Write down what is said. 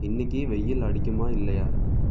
இன்னிக்கு வெயில் அடிக்குமா இல்லையா